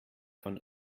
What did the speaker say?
von